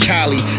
Cali